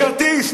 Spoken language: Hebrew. מקארתיסט.